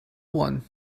one